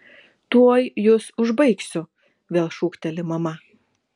tuoj jus užbaigsiu vėl šūkteli mama